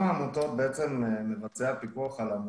יש מצבים כאלה.